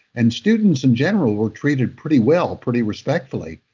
and students, in general, were treated pretty well, pretty respectfully.